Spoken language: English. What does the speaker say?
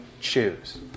choose